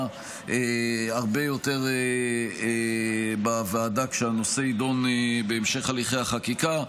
הרבה יותר בוועדה כשהנושא ידון בהמשך הליכי החקיקה.